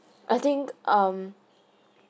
I think um